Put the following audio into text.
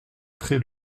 très